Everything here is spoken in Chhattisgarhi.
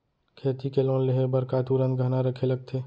खेती के लोन लेहे बर का तुरंत गहना रखे लगथे?